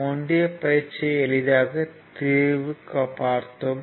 முந்தைய பயிற்சியை எளிதாக தீர்வு பார்த்தோம்